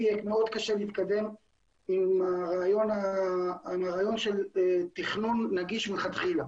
יהיה מאוד קשה להתקדם עם הרעיון של תכנון נגיש מלכתחילה.